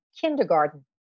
kindergarten